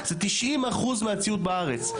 זה 90 אחוזים מהציוד בארץ.